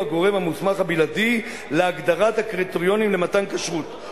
הגורם המוסמך הבלעדי להגדרת הקריטריונים למתן כשרות.